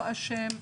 לא אשם,